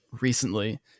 recently